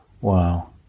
Wow